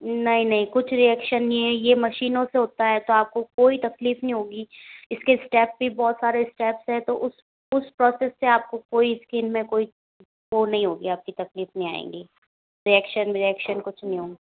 नहीं नहीं कुछ रिएक्शन नहीं है ये मशीनों से होता है तो आपको कोई तकलीफ नहीं होगी इसके स्टेप भी बहुत सारे स्टेप्स हैं तो उस उस प्रोसेस से आपको कोई स्किन में कोई वो नहीं होगी आपकी तकलीफ नहीं आएगी रिऐक्शन भी विऐक्शन कुछ नहीं होगा